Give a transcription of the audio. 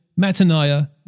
Mataniah